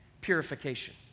purification